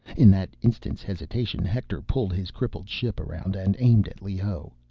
in that instant's hesitation. hector pulled his crippled ship around and aimed at leoh.